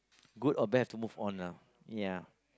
good or bad have to move on ah ya